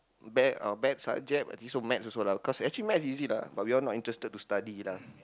bear or bad subject but this one maths also lah cause actually maths easy lah but we all not interested to study lah